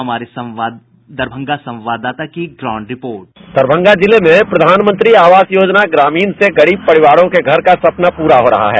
हमारे दरभंगा संवाददाता की ग्राउंड रिपोर्ट बाईट संवाददाता दरभंगा जिले में प्रधानमंत्री आवास योजना ग्रामीण से गरीब परिवारों के घर का सपना पूरा हो रहा है